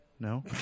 No